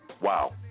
Wow